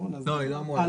לא רלוונטיות.